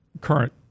current